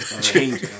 change